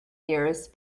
years